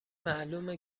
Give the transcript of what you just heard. معلومه